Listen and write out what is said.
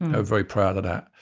ah very proud of that.